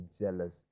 jealous